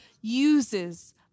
uses